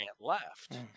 left